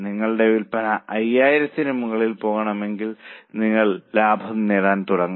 നിങ്ങളുടെ വിൽപ്പന 5000 ന് മുകളിൽ പോകുമ്പോൾ നിങ്ങൾ ലാഭം നേടാൻ തുടങ്ങും